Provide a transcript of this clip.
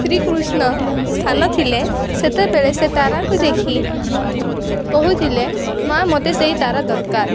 ଶ୍ରୀକୃଷ୍ଣ ସାନ ଥିଲେ ସେତେବେଳେ ସେ ତାରାଙ୍କୁ ଦେଖି କହୁଥିଲେ ମାଆ ମୋତେ ସେଇ ତାରା ଦରକାର